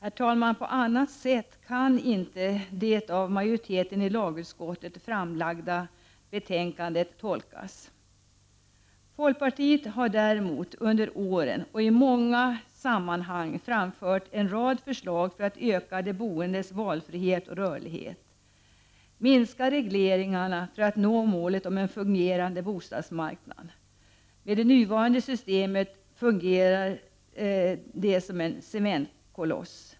På annat sätt kan man inte tolka den socialdemokratiska majoriteten i lagutskottets framlagda betänkade. Folkpartiet har däremot under åren i många sammanhang framfört en rad förslag för att öka de boendes valfrihet och rörlighet och minska regleringarna för att nå målet om en fungerande bostadsmarknad. I det nuvarande systemet fungerar den som en cementkoloss.